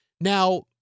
Now